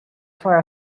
for